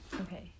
okay